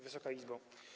Wysoka Izbo!